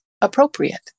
appropriate